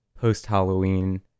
post-Halloween